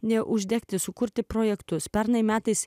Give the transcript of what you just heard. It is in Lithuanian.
ne uždegti sukurti projektus pernai metais